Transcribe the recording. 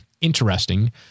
interesting